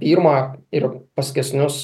pirmą ir paskesnius